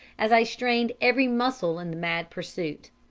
as i strained every muscle in the mad pursuit.